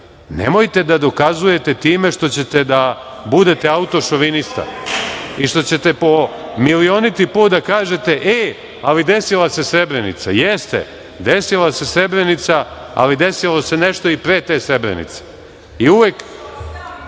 nemojte da dokazujete time što ćete da budete autošovinista i što ćete po milioniti put da kažete - e, ali desila se Srebrenica. Jeste, desila se Srebrenica, ali desilo se nešto i pre te Srebrenice. Ovim